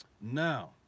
Now